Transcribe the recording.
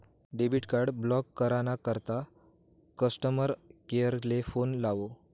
debit card block करा ना करता कस्टमर केअर ले फोन लावो